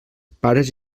pares